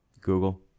Google